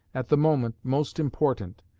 at the moment, most important,